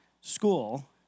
School